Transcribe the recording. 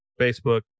Facebook